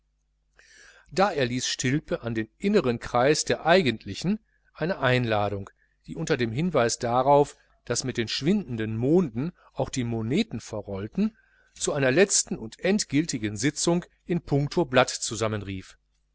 da erlies stilpe an den inneren kreis der eigentlichen eine einladung die unter dem hinweis darauf daß mit den schwindenden monden auch die moneten verrollten zu einer letzten und endgiltigen sitzung in punkto blatt